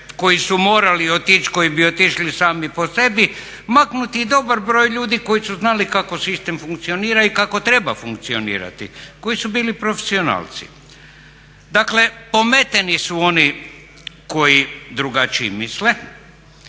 koji su morali otići i koji bi otišli sami po sebi, maknuti i dobar broj ljudi koji su znali kako sistem funkcionira i kako treba funkcionirati, koji su bili profesionalci. Dakle, pometeni su oni koji drugačije misle